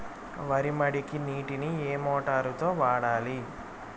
వరి మడికి నీటిని ఏ మోటారు తో వాడాలి?